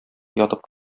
ятып